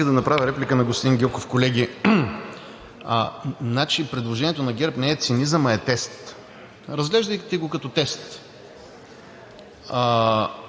да направя реплика на господин Гьоков. Предложението на ГЕРБ не е цинизъм, а е тест, разглеждайте го като тест.